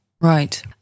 Right